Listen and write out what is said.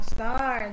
Star